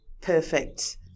perfect